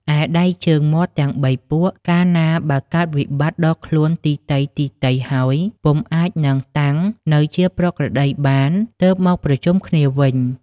ឯដៃជើងមាត់ទាំង ៣ ពួកកាលណាបើកើតវិបត្តិដល់ខ្លួនទីទៃៗហើយ ពុំអាច នឹងតាំងនៅជាប្រក្រតីបាន ទើបមកប្រជុំគ្នាវិញ។